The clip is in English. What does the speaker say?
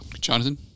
Jonathan